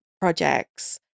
projects